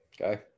Okay